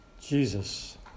Jesus